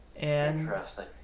Interesting